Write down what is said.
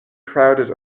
crowded